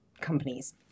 companies